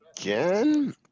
again